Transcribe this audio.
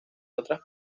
otras